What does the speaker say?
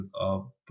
up